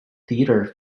theatre